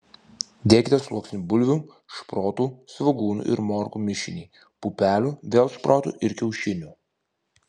dėkite sluoksnį bulvių šprotų svogūnų ir morkų mišinį pupelių vėl šprotų ir kiaušinių